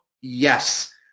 Yes